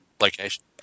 Location